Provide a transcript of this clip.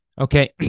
Okay